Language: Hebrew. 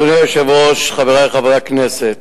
1. אדוני היושב-ראש, חברי חברי הכנסת,